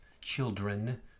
children